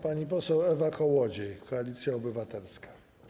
Pani poseł Ewa Kołodziej, Koalicja Obywatelska.